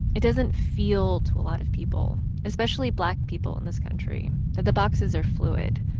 it doesn't feel, to a lot of people especially black people in this country that the boxes are fluid.